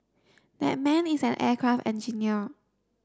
that man is an aircraft engineer